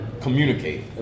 communicate